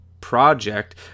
Project